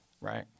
right